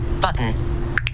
Button